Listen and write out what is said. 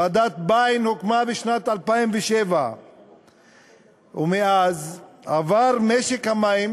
ועדת ביין, הוקמה בשנת 2007. מאז עבר משק המים